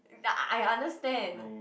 I understand